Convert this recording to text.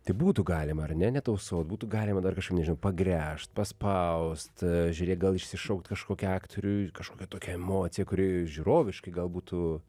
tai būtų galima ar ne netausot būtų galima dar kažkaip nežinau pagręžt paspaust žiūrėk gal išsišaukt kažkokią aktoriui kažkokią tokią emociją kuri žiūroviškai gal būtų